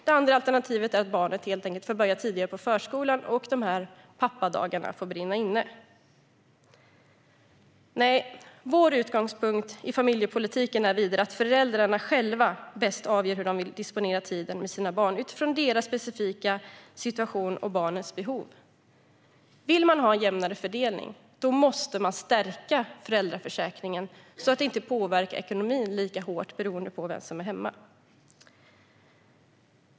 Det andra alternativet är att barnet helt enkelt får börja tidigare i förskolan och att pappadagarna får brinna inne. Vår utgångspunkt i familjepolitiken är att föräldrarna själva bäst avgör hur de vill disponera tiden med sina barn utifrån sin specifika situation och barnens behov. Om man vill ha en jämnare fördelning måste man stärka föräldraförsäkringen så att det inte påverkar ekonomin lika hårt vem som är hemma.